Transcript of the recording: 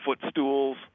footstools